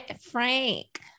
Frank